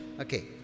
Okay